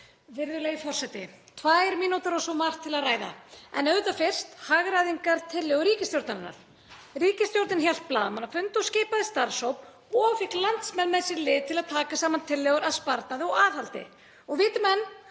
Virðulegi forseti. Tvær mínútur og svo margt til að ræða en auðvitað fyrst hagræðingartillögur ríkisstjórnarinnar. Ríkisstjórnin hélt blaðamannafund og skipaði starfshóp og fékk landsmenn með sér í lið til að taka saman tillögur að sparnaði og aðhaldi. Og viti menn: